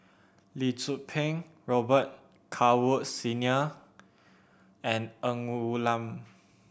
Lee Tzu Pheng Robet Carr Woods Senior and Ng Woon Lam